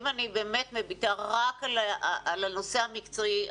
אם אני מביטה רק על הנושא המקצועי,